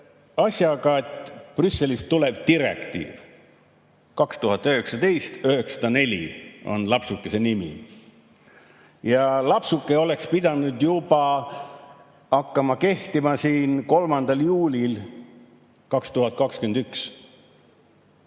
asjaga, et Brüsselist tuleb direktiiv, 2019/904 on lapsukese nimi. Lapsuke oleks pidanud hakkama kehtima juba 3. juulil 2021.